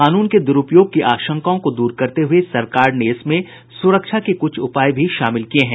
कानून के दुरूपयोग की आशंकाओं को दूर करते हुए सरकार ने इसमें सुरक्षा के कुछ उपाय भी शामिल किये हैं